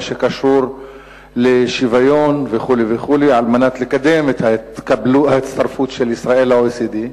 שקשור לשוויון וכו' וכו' על מנת לקדם את ההצטרפות של ישראל ל-OECD.